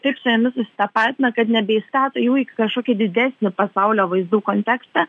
taip su jomis susitapatina kad nebeįstato jų į kažkokį didesnį pasaulio vaizdų kontekstą